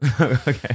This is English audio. Okay